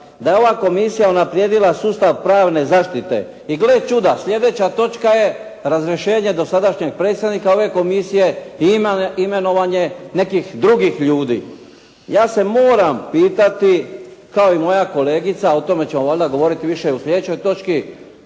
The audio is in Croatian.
Da je ova komisija unaprijedila sustav pravne zaštite i gle čuda sljedeća točka je razrješenje dosadašnjeg predsjednika ove Komisije i imenovanje nekih drugih ljudi. Ja se moram pitati kao i moja kolegica, o tome ćemo valjda govoriti više u sljedećoj točki